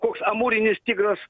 koks amūrinis tigras